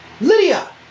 lydia